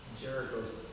Jericho's